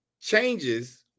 changes